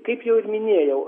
kaip jau minėjau